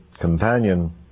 companion